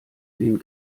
den